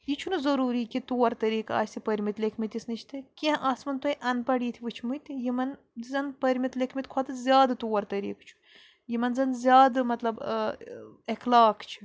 یہِ چھُنہٕ ضٔروٗری کہِ طور طریٖقہٕ آسہِ پٔرۍمِتۍ لیٚکھمٕتِس نِش تہِ کیٚنٛہہ آسوَن تۄہہِ اَن پَڑھ یِتھ وٕچھۍمٕتۍ یِمَن زَنہٕ پٔرۍمِتۍ لیٚکھمِتۍ کھۄتہٕ زیادٕ طور طریٖقہٕ چھُ یِمَن زَنہٕ زیادٕ مطلب اخلاق چھِ